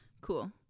Cool